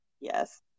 Yes